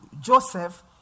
Joseph